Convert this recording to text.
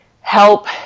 help